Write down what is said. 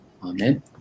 Amen